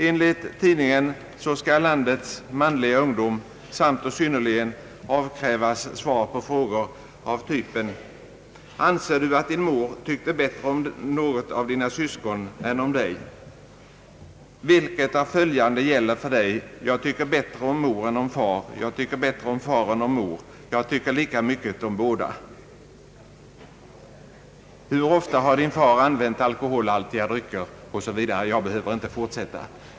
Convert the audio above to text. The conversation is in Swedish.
Enligt tidningen skall landets manliga ungdom samt och synnerligen avkrävas svar på frågor av typen: »Anser du att din mor tyckte bättre om något av dina syskon än om dig?» — »Vilket av följande gäller för dig: Jag tycker bättre om mor än om far, jag tycker bättre om far än om mor, jag tycker lika mycket om båda.» — »Hur ofta har din far använt alkoholhaltiga drycker?» — Jag behöver inte fortsätta uppläsningen.